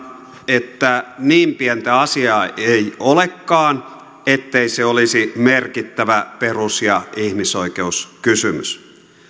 että niin pientä asiaa ei olekaan ettei se olisi merkittävä perus ja ihmisoikeuskysymys